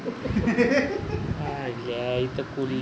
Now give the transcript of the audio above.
जीवन बीमा में जोखिम सुरक्षा आ बचत के सुविधा रहेला का?